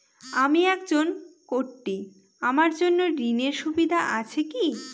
আমি একজন কট্টি আমার জন্য ঋণের সুবিধা আছে কি?